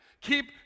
Keep